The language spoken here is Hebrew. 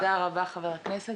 תודה רבה, חבר הכנסת.